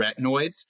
retinoids